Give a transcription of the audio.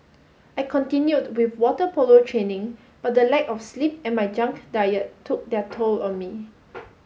I continued with water polo training but the lack of sleep and my junk diet took their toll on me